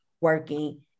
working